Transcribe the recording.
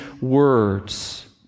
words